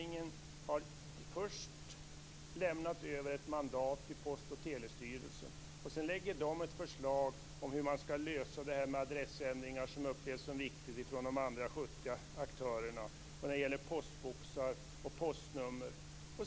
Först har regeringen lämnat ett mandat till Post och Telestyrelsen, som sedan lägger ett förslag om hur man skall lösa det här med adressändringar som upplevs så viktigt från de andra 70 aktörernas sida. Vidare gäller det postboxar och postnummer.